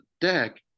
deck